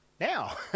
now